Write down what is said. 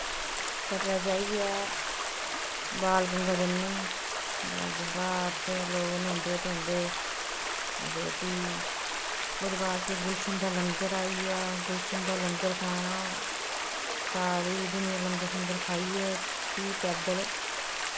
कटरै जाइयै बाल गंगा जन्ने बाल गंगा उत्थै लोग न्हौंदे धोंदे ते फ्ही ओह्दो बाद फ्ही गुलशन दा लंगर आई गेआ गुलशन दा लंग्गर खाना सारी दुनियां लंगर शंगर खाइयै फ्ही पैद्दल